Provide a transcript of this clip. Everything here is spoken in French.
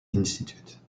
institute